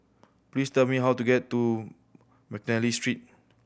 please tell me how to get to McNally Street